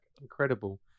incredible